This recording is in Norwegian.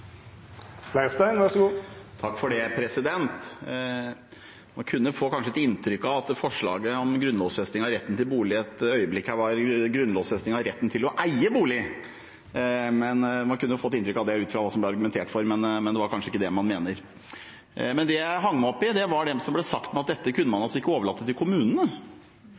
få et inntrykk av at forslaget om grunnlovfesting av retten til bolig var grunnlovfesting av retten til å eie bolig. Man kunne få et inntrykk av det ut fra hva det ble argumentert for, men det er kanskje ikke det man mener. Det jeg hengte meg opp i, var det som ble sagt om at dette kunne man ikke overlate til kommunene.